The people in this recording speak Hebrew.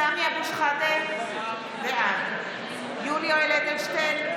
בעד סמי אבו שחאדה, בעד יולי יואל אדלשטיין,